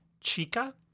Chica